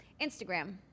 Instagram